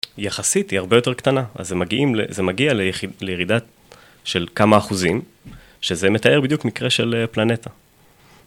יחסית היא הרבה יותר קטנה, אז זה מגיע לירידה של כמה אחוזים, שזה מתאר בדיוק מקרה של פלנטה.